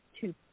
two